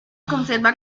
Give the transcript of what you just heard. conserva